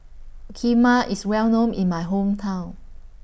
Kheema IS Well known in My Hometown